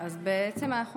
אז בעצם אנחנו עוברים,